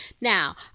Now